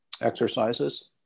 exercises